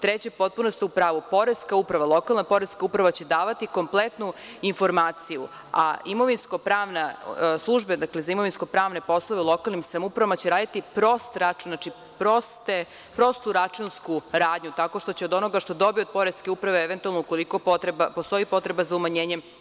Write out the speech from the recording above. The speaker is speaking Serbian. Treće, potpuno ste u pravu da će lokalna poreska uprava davati kompletnu informaciju, a službe za imovinsko-pravne poslove u lokalnim samoupravama će raditi prost račun, tj. prostu računsku radnju tako što će od onoga što dobije od poreske uprave eventualno ukoliko postoji potreba za umanjenje.